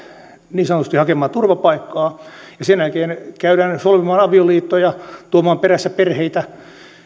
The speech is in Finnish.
niin sanotusti hakemaan turvapaikkaa ja sen jälkeen käydään solmimaan avioliitto ja tuomaan perässä perheitä